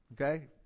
okay